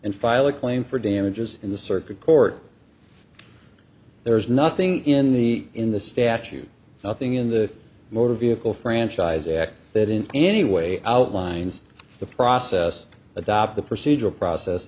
and file a claim for damages in the circuit court there is nothing in the in the statute nothing in the motor vehicle franchise act that in any way outlines the process adopt the procedural process